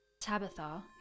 Tabitha